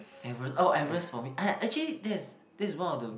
Everest oh Everest for me ac~ actually that's that's one of the